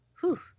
Whew